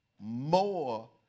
More